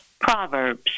Proverbs